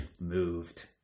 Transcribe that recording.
moved